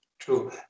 True